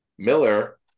Miller